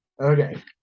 Okay